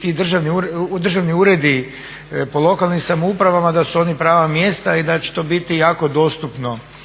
ti državni uredi po lokalnim samoupravama da su oni prava mjesta i da će to biti jako dostupno.